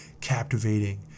captivating